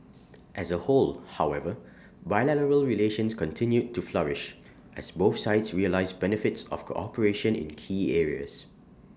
as A whole however bilateral relations continued to flourish as both sides realise benefits of cooperation in key areas